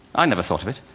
i never thought of it.